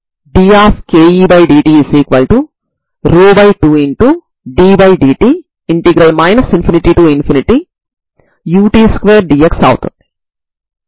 ఈ పరిష్కారాలన్నిటి యొక్క సూపర్ పొజిషన్ ని తయారు చేయగలనని అనుకోండి మరియు అది కూడా ఒక పరిష్కారమేనని భావించండి సరేనా